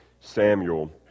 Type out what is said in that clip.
Samuel